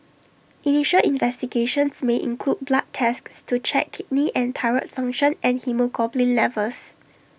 initial investigations may include blood tests to check kidney and thyroid function and haemoglobin levels